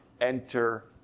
enter